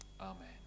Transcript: Amen